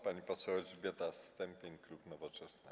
Pani poseł Elżbieta Stępień, klub Nowoczesna.